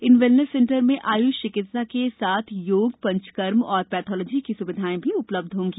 इन wellness centre में आयुष चिकित्सा के साथ योग पंचकर्म एवं पैथालॉजी की सुविधाऍ भी उपलब्ध होंगी